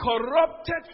corrupted